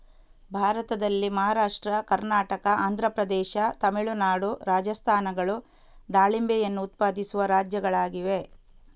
ಭಾರತದಲ್ಲಿ ಮಹಾರಾಷ್ಟ್ರ, ಕರ್ನಾಟಕ, ಆಂಧ್ರ ಪ್ರದೇಶ, ತಮಿಳುನಾಡು, ರಾಜಸ್ಥಾನಗಳು ದಾಳಿಂಬೆಯನ್ನು ಉತ್ಪಾದಿಸುವ ರಾಜ್ಯಗಳಾಗಿವೆ